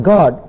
God